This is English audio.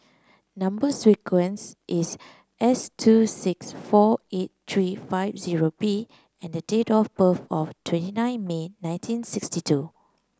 number sequence is S two six four eight three five zero B and date of birth of twenty nine May nineteen sixty two